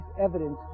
evidence